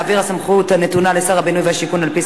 להעביר סמכות הנתונה לשר הבינוי והשיכון על-פי